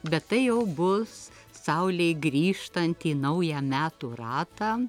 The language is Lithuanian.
bet tai jau bus saulei grįžtant į naują metų ratą